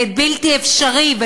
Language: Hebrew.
בלתי אפשרי,